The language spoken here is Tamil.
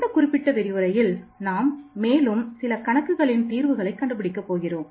இந்த குறிப்பிட்ட விரிவுரையில் நாம் மேலும் சில கணக்குகளின் தீர்வுகளை கண்டுபிடிக்க போகிறோம்